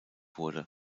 wurde